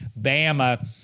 Bama